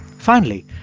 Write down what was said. finally,